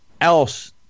else